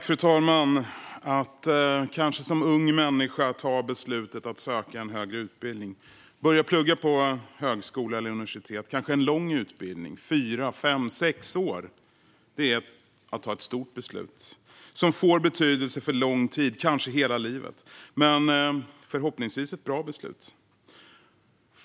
Fru talman! Att, kanske som ung människa, fatta beslutet att söka till en högre utbildning - kanske en lång utbildning på fyra, fem eller sex år - och börja plugga på högskola eller universitet är att fatta ett stort beslut. Det är ett beslut som får betydelse för lång tid framöver, kanske för hela livet. Men förhoppningsvis är det ett bra beslut.